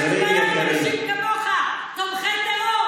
תודה.